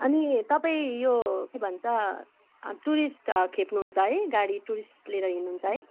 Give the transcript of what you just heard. अनि तपाईँ यो के भन्छ टुरिस्ट खेप्नुहुन्छ है गाडी टुरिस्ट लिएर हिड्नु हुन्छ है